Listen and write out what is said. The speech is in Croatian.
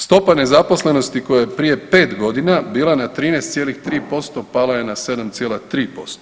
Stopa nezaposlenosti koja je prije 5 godina bila na 13,3% pala je na 7,3%